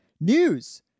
news